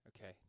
Okay